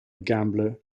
gambler